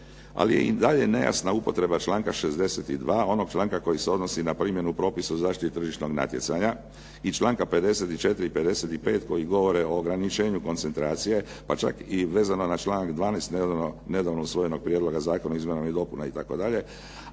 Ali je i dalje nejasna upotreba članak 62. onog članka koji se odnosi na primjenu propisa o zaštiti tržišnog natjecanja i članka 54. i 55. koji govore o ograničenju koncentracije, pa čak i vezano na članak 12. nedavnog usvojenog prijedloga zakona o izmjenama i dopunama itd.